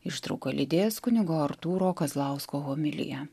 ištrauką lydės kunigo artūro kazlausko homilija